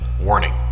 Warning